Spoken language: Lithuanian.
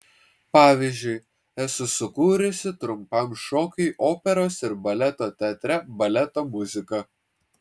pavyzdžiui esu sukūrusi trumpam šokiui operos ir baleto teatre baleto muziką